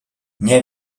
nie